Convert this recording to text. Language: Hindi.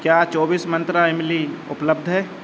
क्या चौबीस मंत्रा इमली उपलब्ध है